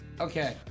Okay